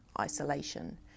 isolation